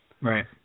Right